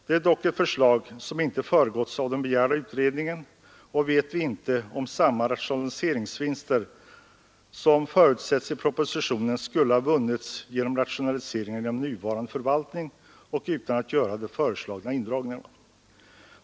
Det är dock ett förslag som inte har föregåtts av den begärda utredningen, och vi vet inte om samma rationaliseringsvinster som förutsättes i propositionen inte skulle ha vunnits genom rationaliseringar inom nuvarande förvaltning och utan de föreslagna indragningarna.